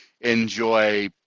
enjoy